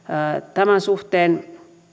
tämän suhteen